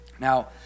Now